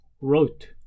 wrote